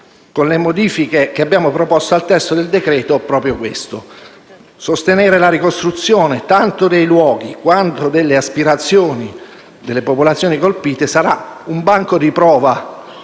con le modifiche che abbiamo proposto al testo del decreto-legge, proprio questo: sostenere la ricostruzione tanto dei luoghi quanto delle aspirazioni delle popolazioni colpite. Sarà un banco di prova,